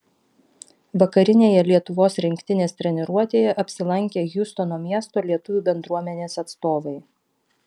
vakarinėje lietuvos rinktinės treniruotėje apsilankė hjustono miesto lietuvių bendruomenės atstovai